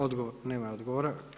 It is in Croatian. Odgovor, nema odgovora.